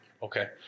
Okay